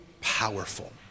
powerful